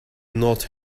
not